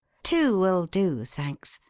two will do, thanks.